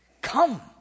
Come